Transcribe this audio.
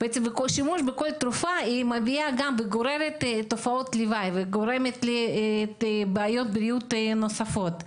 שימוש בכל תרופה מביאה לתופעות לוואי ובעיות בריאות נוספות.